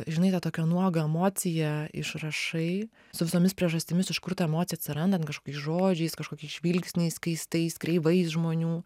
žinai tą tokią nuogą emociją išrašai su visomis priežastimis iš kur ta emocija atsiranda kažkokiais žodžiais kažkokiais žvilgsniais keistais kreivais žmonių